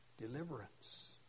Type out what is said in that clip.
deliverance